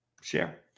share